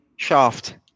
Shaft